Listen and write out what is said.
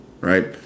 right